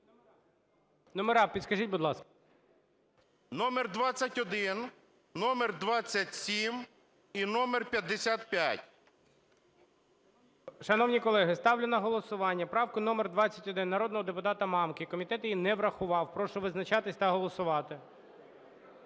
Номера підкажіть, будь ласка. МАМКА Г.М. Номер 21, номер 27 і номер 55. ГОЛОВУЮЧИЙ. Шановні колеги, ставлю на голосування правку номер 21 народного депутата Мамки. Комітет її не врахував. Прошу визначатись та голосувати.